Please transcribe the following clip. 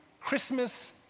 Christmas